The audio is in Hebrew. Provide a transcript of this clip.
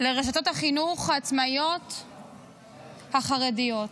לרשתות החינוך העצמאיות החרדיות.